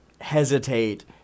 hesitate